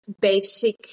basic